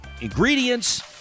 ingredients